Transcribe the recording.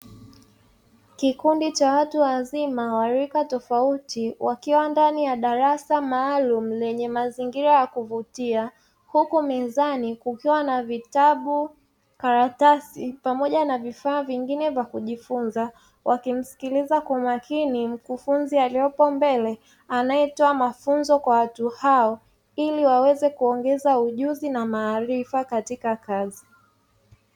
Kikundi cha watu wazima wa rika tofauti, wakiwa ndani ya darasa maalumu, lenye mazingira ya kuvutia. Huku mezani kukiwa na vitabu, karatasi pamoja na vifaa vingine vya kujifunza, wakimsikiliza kwa makini mkufunzi aliyepo mbele, anayetoa mafunzo kwa watu hao, ili waweze kuongeza ujuzi na maarifa katika kazi.